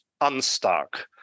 unstuck